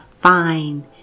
fine